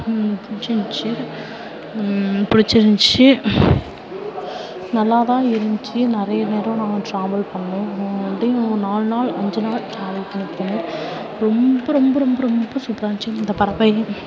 பிடிச்சிருந்துச்சி பிடிச்சிருந்துச்சி நல்லா தான் இருந்துச்சு நிறைய நேரம் நாங்கள் டிராவல் பண்ணோம் நாங்கள் வந்து நாலு நாள் அஞ்சு நாள் டிராவல் பண்ணி போனோம் ரொம்ப ரொம்ப ரொம்ப ரொம்ப சூப்பராக இருந்துச்சு இந்த பறவை